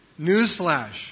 Newsflash